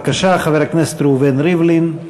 בבקשה, חבר הכנסת ראובן ריבלין.